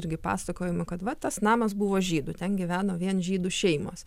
irgi pasakojama kad va tas namas buvo žydų ten gyveno vien žydų šeimos